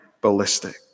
ballistic